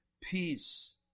Peace